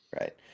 Right